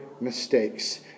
mistakes